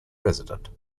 resident